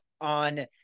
on